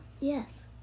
Yes